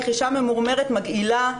אישה ממומרת מגעילה,